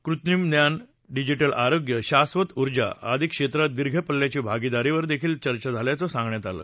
कृत्रिम ज्ञान डिजिटल आरोग्य शास्वत ऊर्जा आदी क्षेत्रात दीर्घ पल्ल्याची भागीदारीवर देखील चर्चा झाल्याचं सांगण्यात आलं